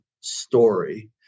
story